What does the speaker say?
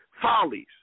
follies